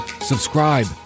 subscribe